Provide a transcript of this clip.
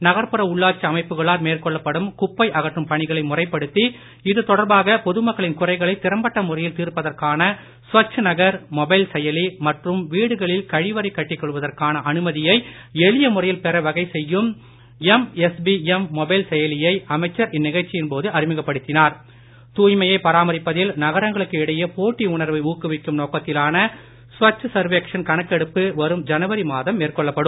நகர்புற உள்ளாட்சி அமைப்புகளால் மேற்கொள்ளப்படும் குப்பை அகற்றும் பணிகளை முறைப்படுத்தி இதுதொடர்பாக பொது மக்களின் குறைகளை திறம்பட்ட முறையில் தீர்ப்பதற்கான ஸ்வச் நகர் மொபைல் செயலி மற்றும் வீடுகளில் கழிவறை கட்டிக் கொள்வதற்கான அனுமதியை எளிய முறையில் பெற வகை செய்யும் எம் எஸ்பிஎம் மொபைல் செயலியை அமைச்சர் இந்நிகழ்ச்சியின் போது பராமரிப்பதில் நகரங்களுக்கு இடையே போட்டி உணர்வை ஊக்குவிக்கும் நோக்கத்திலான ஸ்வச் சர்வேக்ஷன் கணக்கெடுப்பு வரும் ஜனவரி மாதம் மேற்கொள்ளப்படும்